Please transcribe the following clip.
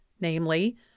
namely